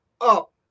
up